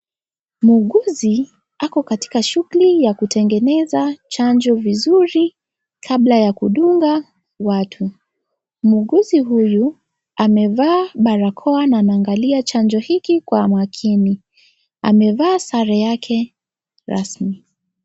Muuguzi ako katika shughuli ya kutengeneza chanjo vizuri kabla ya kudunga watu. Muuguzi huyu amevaa barakoa na anaangalia chanjo hiki kwa makini. Amevaa sare yake rasmi.